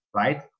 right